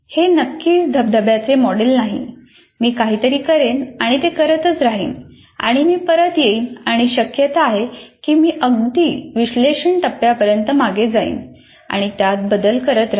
हे नक्कीच धबधब्याचे मॉडेल नाही मी काहीतरी करेन आणि ते करतच राहीन आणि मी परत येईन आणि शक्यता आहे की मी अगदी विश्लेषण टप्प्यापर्यत मागे जाईन आणि त्यात बदल करत राहीन